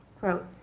quote,